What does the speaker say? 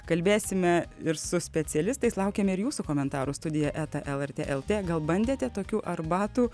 kalbėsime ir su specialistais laukiame jūsų komentarų studija eta lrt lt gal bandėte tokių arbatų